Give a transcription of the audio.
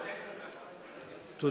אני מבקש לתקן, עד עשר דקות.